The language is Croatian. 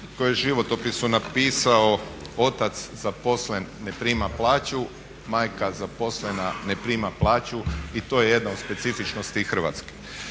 je u životopisu napisao otac zaposlen ne prima plaću, majka zaposlena ne prima plaću i to je jedna od specifičnosti Hrvatske.